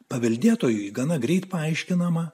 paveldėtojui gana greit paaiškinama